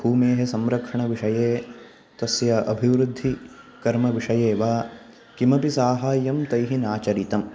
भूमेः संरक्षणविषये तस्य अभिवृद्धिकर्मविषये वा किमपि साहाय्यं तैः नाचरितम्